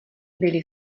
byli